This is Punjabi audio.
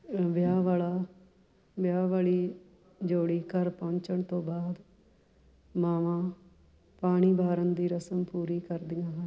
ਵਿਆਹ ਵਾਲਾ ਵਿਆਹ ਵਾਲੀ ਜੋੜੀ ਘਰ ਪਹੁੰਚਣ ਤੋਂ ਬਾਅਦ ਮਾਵਾਂ ਪਾਣੀ ਵਾਰਨ ਦੀ ਰਸਮ ਪੂਰੀ ਕਰਦੀਆਂ ਹਨ